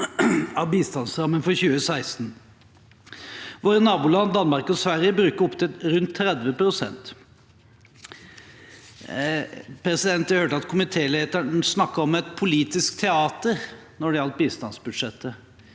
av bistandsrammen for 2016. Våre naboland Danmark og Sverige bruker opptil rundt 30 pst. Jeg hørte at komitélederen snakket om et politisk teater når det gjaldt bistandsbudsjettet.